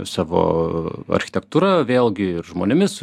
savo architektūra vėlgi ir žmonėmis